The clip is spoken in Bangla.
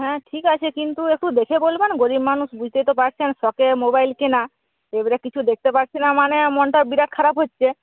হ্যাঁ ঠিক আছে কিন্তু একটু দেখে বলবেন না গরিব মানুষ বুঝতেই তো পারছেন শখে মোবাইল কেনা এবেরে কিছু দেখতে পারছি না মানে মনটা বিরাট খারাপ হচ্ছে